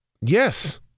Yes